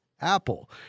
Apple